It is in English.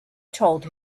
told